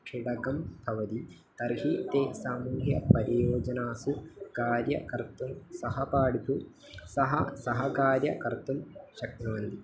खिडकं भवति तर्हि ते समूह्य परियोजनासु कार्यं कर्तुं सहपाठिः तु सः सहकार्यं कर्तुं शक्नुवन्ति